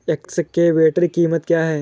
Excavator की कीमत क्या है?